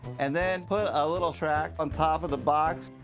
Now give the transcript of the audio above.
and then put a little track on top of the box,